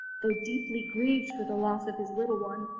though deeply grieved for the loss of his little one,